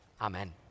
amen